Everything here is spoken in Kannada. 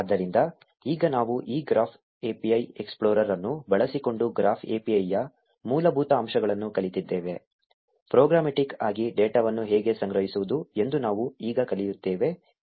ಆದ್ದರಿಂದ ಈಗ ನಾವು ಈ ಗ್ರಾಫ್ API ಎಕ್ಸ್ಪ್ಲೋರರ್ ಅನ್ನು ಬಳಸಿಕೊಂಡು ಗ್ರಾಫ್ API ಯ ಮೂಲಭೂತ ಅಂಶಗಳನ್ನು ಕಲಿತಿದ್ದೇವೆ ಪ್ರೋಗ್ರಾಮ್ಯಾಟಿಕ್ ಆಗಿ ಡೇಟಾವನ್ನು ಹೇಗೆ ಸಂಗ್ರಹಿಸುವುದು ಎಂದು ನಾವು ಈಗ ಕಲಿಯುತ್ತೇವೆ